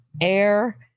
air